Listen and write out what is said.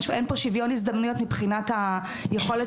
אין פה שוויון הזדמנויות מבחינת היכולת